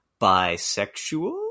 bisexual